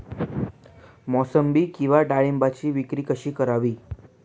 मोसंबी किंवा डाळिंबाची विक्री कशी करावी?